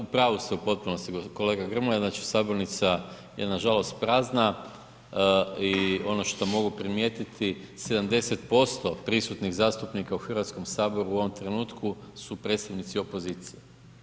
U pravu su u potpunosti kolega Grmoja, znači, sabornica je nažalost prazna i ono što mogu primijetiti 70% prisutnih zastupnika u HS u ovom trenutku su predstavnici opozicije.